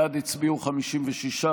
בעד הצביעו 56,